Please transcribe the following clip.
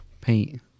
Paint